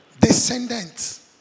Descendants